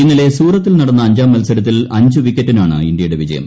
ഇന്നലെ സൂറത്തിൽ നടന്ന അഞ്ചാം മൽസരത്തിൽ അഞ്ച് വിക്കറ്റിനാണ് ഇന്ത്യയുടെ വിജയം